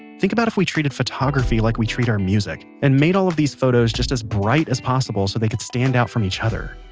think about if we treated photography like we treat our music and made all of these photos just as bright as possible so that they could stand out from each other.